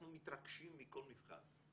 אנחנו מתרגשים מכל מבחן.